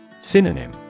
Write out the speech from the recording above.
Synonym